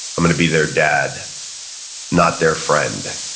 i'm going to be their dad not their friend.